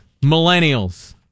millennials